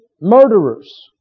Murderers